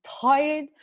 tired